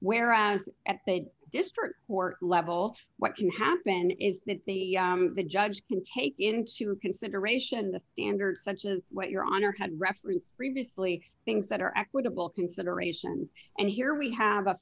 whereas at the district court level what can happen is that the judge can take into consideration the standard such of what your honor had referenced previously things that are equitable considerations and here we have a